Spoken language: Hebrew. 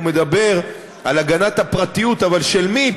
הוא מדבר על הגנת הפרטיות, אבל של מי?